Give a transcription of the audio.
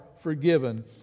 forgiven